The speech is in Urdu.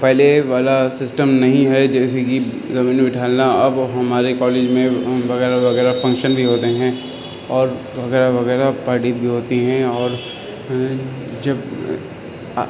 پہلے والا سسٹم نہیں ہے جیسے کہ زمین میں بٹھا لینا اب ہمارے کالج میں بغل میں وغیرہ فنکشن بھی ہوتے ہیں اور وغیرہ وغیرہ پارٹیز بھی ہوتی ہیں اور جب